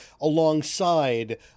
alongside